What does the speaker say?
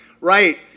right